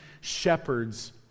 shepherds